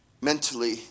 mentally